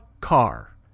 car